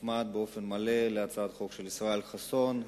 תוצמד באופן מלא להצעת החוק של ישראל חסון,